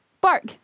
Bark